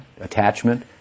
Attachment